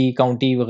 county